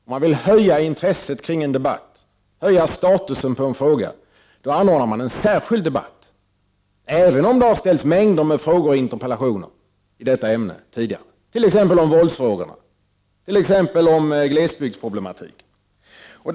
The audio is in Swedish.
Om man vill höja intresset kring en debatt och höja statusen på en fråga, anordnar man en särskild debatt, även om det har ställts mängder med frågor och interpellationer i detta ämne tidigare, t.ex. om våldsfrå 85 gorna och glesbygdsproblematiken.